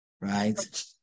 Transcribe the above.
Right